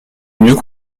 mieux